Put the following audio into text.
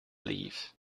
leave